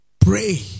Pray